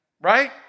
right